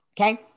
Okay